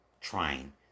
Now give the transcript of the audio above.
trying